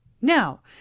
Now